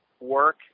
work